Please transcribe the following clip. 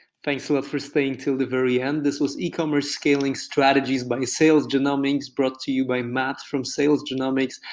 thanks a lot for staying till the very end. this was ecommerce scaling strategies by sales genomics, brought to you by matt from sales genomics.